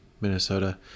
Minnesota